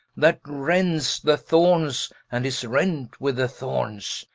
that rents the thornes, and is rent with the thornes,